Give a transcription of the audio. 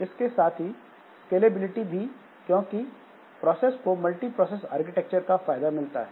इसके साथ ही स्केलेबिलिटी भी है क्योंकि प्रोसेस को मल्टिप्रोसेस आर्किटेक्चर का फायदा मिलता है